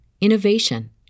innovation